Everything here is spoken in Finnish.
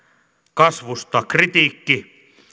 kasvusta kritiikki